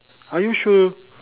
are you sure